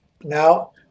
now